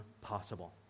possible